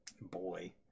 boy